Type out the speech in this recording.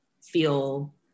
feel